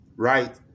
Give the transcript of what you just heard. right